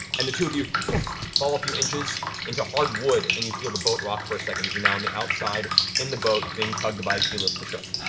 and the two of you fall a few inches into hard wood, and you feel the boat rock for a second as you're now on the outside in the boat, being tugged by keyleth the shark.